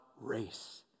race